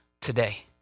today